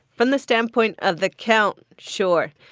from the standpoint of the count, sure.